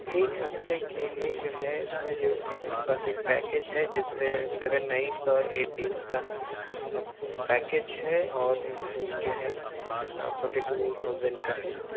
ایک ہفتے کے لیے جو ہے اس میں جو ہمارے پاس ایک پیکیج ہے جس میں سیون نائٹس اور ایٹھ ڈیز کا پیکیج ہے اور وہ قریب جو ہے فورٹی ٹو تھاؤزنڈ کا ہے